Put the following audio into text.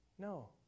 No